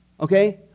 okay